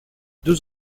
deux